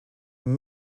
and